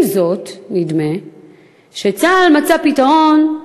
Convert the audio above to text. עם זאת, נדמה שצה"ל מצא פתרון,